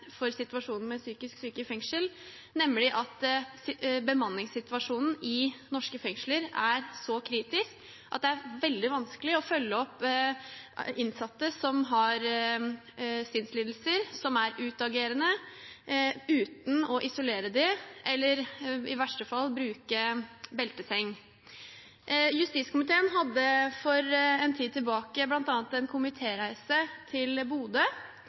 for situasjonen med psykisk syke i fengsel, nemlig at bemanningssituasjonen i norske fengsler er så kritisk at det er veldig vanskelig å følge opp innsatte som har sinnslidelser, som er utagerende, uten å isolere dem eller i verste fall bruke belteseng. Justiskomiteen hadde for en tid tilbake bl.a. en komitéreise til Bodø.